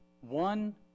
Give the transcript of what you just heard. one